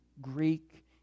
Greek